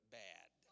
bad